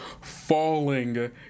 falling